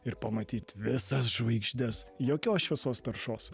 ir pamatyt visas žvaigždes jokios šviesos taršos